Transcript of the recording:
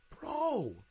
Bro